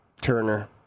Turner